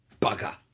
Bugger